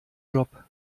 job